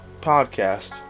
podcast